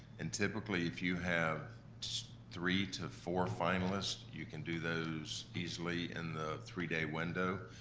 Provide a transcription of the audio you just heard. and typically if you have three to four finalists, you can do those easily in the three-day window.